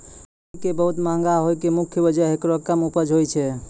काफी के बहुत महंगा होय के मुख्य वजह हेकरो कम उपज होय छै